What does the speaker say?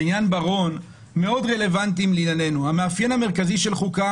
בעניין בר-און מאוד רלוונטיים לענייננו: "המאפיין המרכזי של חוקה,